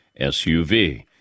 SUV